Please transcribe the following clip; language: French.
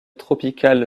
tropicale